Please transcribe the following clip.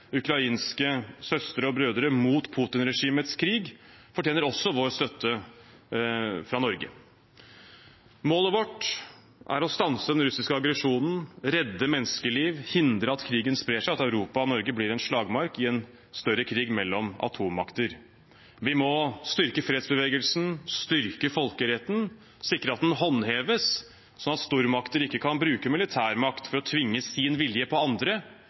ukrainske søstre og brødre mot Putin-regimets krig, fortjener også vår støtte, fra Norge. Målet vårt er å stanse den russiske aggresjonen, redde menneskeliv og hindre at krigen sprer seg og at Europa og Norge blir en slagmark i en større krig mellom atommakter. Vi må styrke fredsbevegelsen, styrke folkeretten og sikre at den håndheves, sånn at stormakter ikke kan bruke militærmakt for å tvinge sin vilje på andre